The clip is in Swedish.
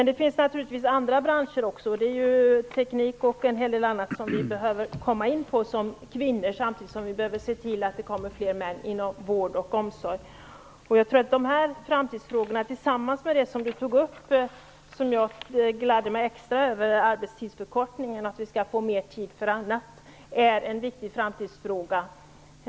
Det finns naturligtvis också andra branscher, bl.a. teknik, som kvinnor skulle behöva komma in i samtidigt som vi måste se till att det kommer fler män till vård och omsorg. Dessa frågor tillsammans med de frågor som Inger Segelström tog upp - jag gladde mig extra över arbetstidsförkortningen, att vi skall få tid för annat - är viktiga framtidsfrågor.